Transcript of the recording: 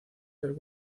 ser